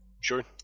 Sure